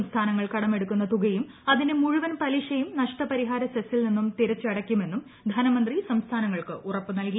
സംസ്ഥാനങ്ങൾ കടമെടുക്കുന്ന തുകയും അതിന്റെ മുഴുവൻ പലിശയും നഷ്ട പരിഹാര സെസ്സിൽ നിന്നും തിരിച്ചടയ്ക്കുമെന്നും ധനമന്ത്രി സംസ്ഥദ്ദനങ്ങൾക്ക് ഉറപ്പുനൽകി